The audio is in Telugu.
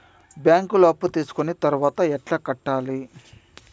బ్యాంకులో అప్పు తీసుకొని తర్వాత ఎట్లా కట్టాలి?